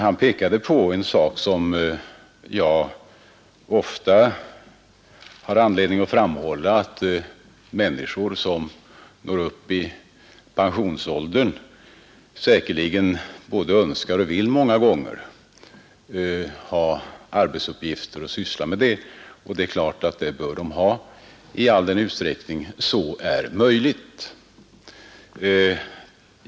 Han pekade på en sak som jag ofta har anledning att framhålla, nämligen att människor som når upp till pensionsåldern säkerligen många gånger både önskar och vill ha arbetsuppgifter att syssla med. Det är klart att det bör de ha i all den utsträckning så är möjligt.